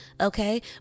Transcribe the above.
okay